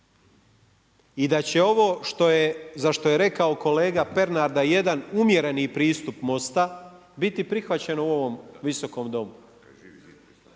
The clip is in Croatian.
i da će ovo za što je rekao kolega Pernar, da jedan umjereni pristup MOST-a biti prihvaćen u ovom Visokom domu.